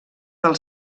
del